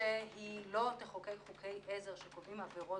שהיא לא תחוקק חוקי עזר שקובעים עבירות